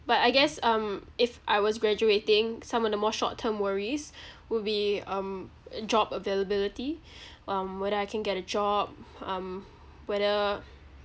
but I guess um if I was graduating some of the more short term worries would be um uh job availability um whether I can get a job um whether